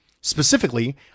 Specifically